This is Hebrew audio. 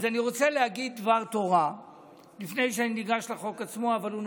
אז לפני שאני ניגש לחוק עצמו אני רוצה להגיד דבר תורה,